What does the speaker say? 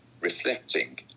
reflecting